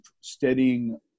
steadying –